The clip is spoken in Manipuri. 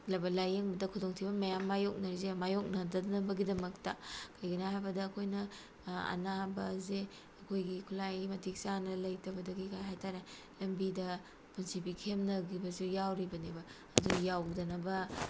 ꯂꯥꯏꯌꯦꯡꯕꯗ ꯈꯨꯗꯣꯡꯊꯤꯕ ꯃꯌꯥꯝ ꯃꯥꯏꯌꯣꯛꯅꯔꯤꯁꯦ ꯃꯥꯏꯌꯣꯛꯅꯗꯅꯕꯒꯤꯗꯃꯛꯇ ꯀꯩꯒꯤꯅꯣ ꯍꯥꯏꯕꯗ ꯑꯩꯈꯣꯏꯅ ꯑꯅꯥꯕꯁꯦ ꯑꯩꯈꯣꯏꯒꯤ ꯈꯨꯠꯂꯥꯏ ꯃꯇꯤꯛ ꯆꯥꯅ ꯂꯩꯇꯕꯗꯒꯤ ꯀꯩ ꯍꯥꯏꯇꯥꯔꯦ ꯂꯝꯕꯤꯗ ꯄꯨꯟꯁꯤ ꯄꯤꯈꯝꯅꯈꯤꯕꯁꯨ ꯌꯥꯎꯔꯤꯕꯅꯦꯕ ꯑꯗꯨ ꯌꯥꯎꯗꯅꯕ